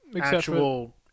actual